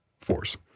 force